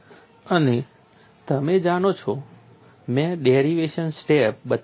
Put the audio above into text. અને તમે જાણો છો મેં ડેરિવેશન્સ સ્ટેપ્સ બતાવ્યા નથી